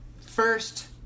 first